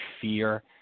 fear